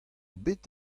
bet